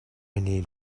need